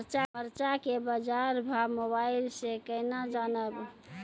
मरचा के बाजार भाव मोबाइल से कैनाज जान ब?